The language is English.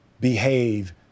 behave